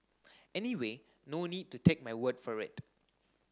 anyway no need to take my word for it